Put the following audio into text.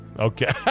Okay